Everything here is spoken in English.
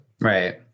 right